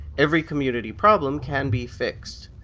every community problem can be fixed.